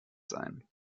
sein